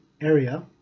area